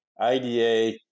IDA